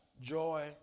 joy